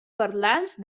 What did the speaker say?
parlants